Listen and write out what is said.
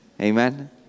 amen